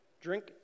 drink